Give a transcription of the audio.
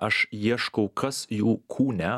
aš ieškau kas jų kūne